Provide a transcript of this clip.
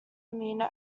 amino